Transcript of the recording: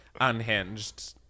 unhinged